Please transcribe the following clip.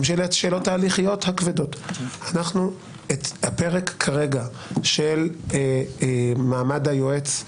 גם של השאלות ההליכיות הכבדות אנחנו שמים את הפרק של מעמד היועץ,